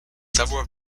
several